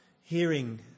hearing